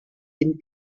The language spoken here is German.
dem